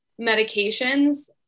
medications